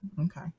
okay